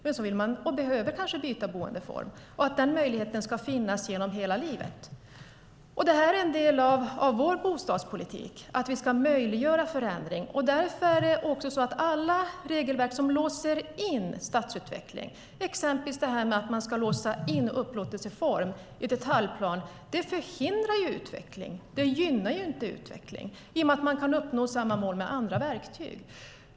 Med sedan kanske man vill och behöver byta boendeform. Den möjligheten ska finnas genom hela livet. Det här är en del av vår bostadspolitik, att vi ska möjliggöra förändring. Alla regelverk som låser in stadsutveckling - det gäller exempelvis det här med att man ska låsa in upplåtelseform i detaljplan - förhindrar utveckling. Det gynnar inte utveckling, i och med att man kan uppnå samma mål med andra verktyg.